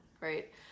right